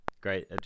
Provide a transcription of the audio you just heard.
Great